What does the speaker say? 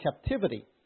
captivity